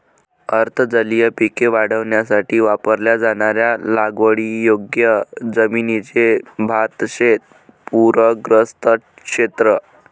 अर्ध जलीय पिके वाढवण्यासाठी वापरल्या जाणाऱ्या लागवडीयोग्य जमिनीचे भातशेत पूरग्रस्त क्षेत्र